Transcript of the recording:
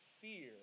fear